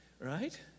right